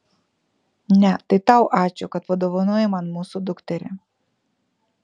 ne tai tau ačiū kad padovanojai man mūsų dukterį